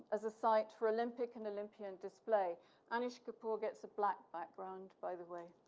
as a site for olympic and olympian display anish kapoor gets a black background, by the way.